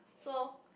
so